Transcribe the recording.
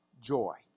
joy